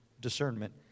discernment